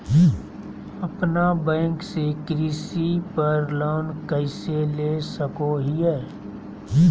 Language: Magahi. अपना बैंक से कृषि पर लोन कैसे ले सकअ हियई?